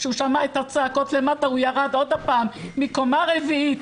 כשהוא שמע את הצעקות למטה הוא ירד עוד פעם מקומה רביעית,